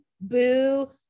boo